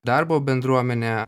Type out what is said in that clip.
darbo bendruomene